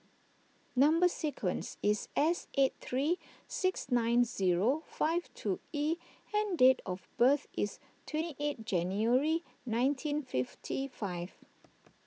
Number Sequence is S eight three six nine zero five two E and date of birth is twenty eight January nineteen fifty five